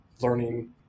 learning